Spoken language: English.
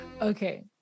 Okay